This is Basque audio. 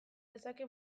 dezake